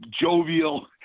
jovial